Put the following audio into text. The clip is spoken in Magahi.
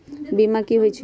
बीमा कि होई छई?